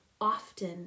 often